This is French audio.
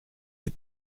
des